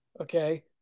Okay